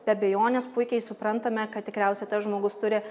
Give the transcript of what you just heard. be abejonės puikiai suprantame kad tikriausia tas žmogus turi